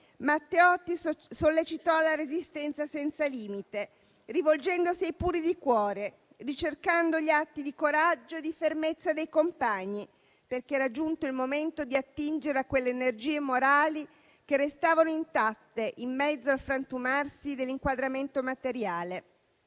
Matteotti sollecitò la resistenza senza limite, rivolgendosi ai puri di cuore, ricercando gli atti di coraggio e di fermezza dei compagni, perché era giunto il momento di attingere a quelle energie morali che restavano intatte in mezzo al frantumarsi dell'inquadramento materiale.